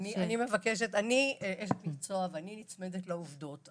אני אשת מקצוע ואני נצמדת לעובדות.